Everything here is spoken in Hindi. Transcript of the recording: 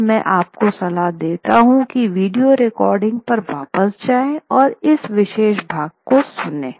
अब मैं आपको सलाह देता हूँ की वीडियो रिकॉर्डिंग पर वापस जाएं और इस विशेष भाग को सुनें